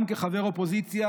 גם כחבר אופוזיציה,